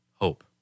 hope